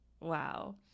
Wow